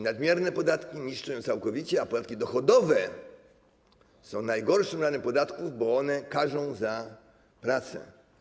Nadmierne podatki niszczą ją całkowicie, a podatki dochodowe są najgorszym rodzajem podatków, bo one karzą za pracę.